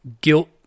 Guilt